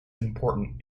important